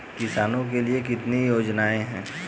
किसानों के लिए कितनी योजनाएं हैं?